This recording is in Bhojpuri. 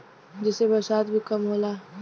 जेसे बरसात भी कम होला